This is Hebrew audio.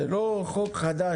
זה לא חוק חדש,